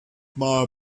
small